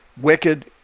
wicked